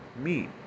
meat